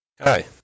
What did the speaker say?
Hi